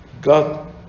God